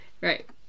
right